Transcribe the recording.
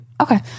okay